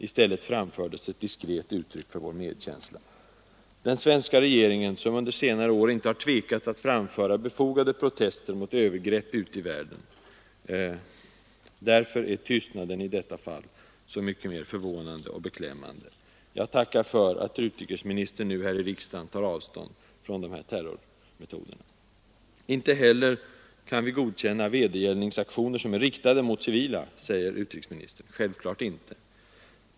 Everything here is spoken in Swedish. I stället framfördes ett diskret uttryck för vår medkänsla. Den svenska regeringen har under senare år inte tvekat att framföra befogade protester mot övergrepp ute i världen. Därför är tystnaden i detta fall så mycket mer förvånande och beklämmande. Jag tackar för att utrikesministern nu här i riksdagen tar avstånd från de här terrordåden. Inte heller kan vi godkänna vedergällningsaktioner som är riktade mot civila, säger utrikesministern. Självfallet inte.